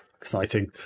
exciting